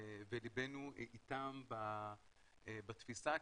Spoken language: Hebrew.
וליבנו איתם בתפיסה,